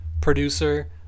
producer